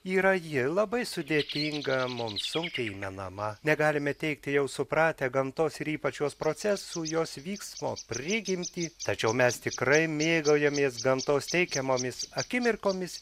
yra ji labai sudėtinga mum sunkiai įmenama negalime teigti jau supratę gamtos ir ypač jos procesų jos vyksmo prigimtį tačiau mes tikrai mėgaujamės gamtos teikiamomis akimirkomis